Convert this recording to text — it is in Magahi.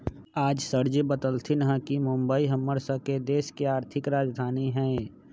आज सरजी बतलथिन ह कि मुंबई हम्मर स के देश के आर्थिक राजधानी हई